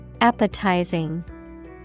Appetizing